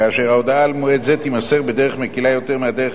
כאשר ההודעה על מועד זה תימסר בדרך מקלה יותר מהדרך